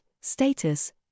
status